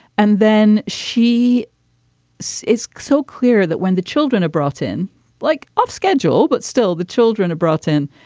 and then she so is so clear that when the children are brought in like off schedule. but still the children are brought in.